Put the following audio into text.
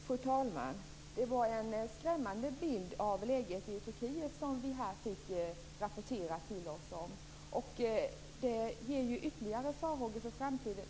Fru talman! Det var en skrämmande bild av läget i Turkiet som vi här fick rapporterad. Den ger ytterligare farhågor för framtiden.